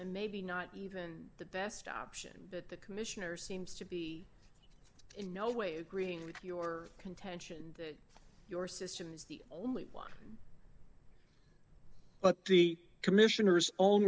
and maybe not even the best option but the commissioner seems to be in no way agreeing with your contention that your system is the only one but the commissioner's o